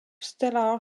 stellar